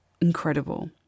incredible